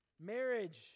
marriage